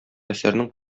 әсәрнең